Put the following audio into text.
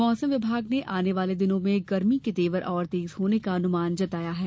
मौसम विभाग ने आने वाले दिनों में गर्मी के तेवर और तेज होने का अनुमान जताया है